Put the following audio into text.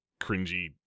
cringy